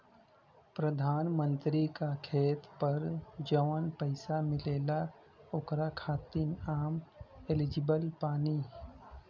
प्रधानमंत्री का खेत पर जवन पैसा मिलेगा ओकरा खातिन आम एलिजिबल बानी?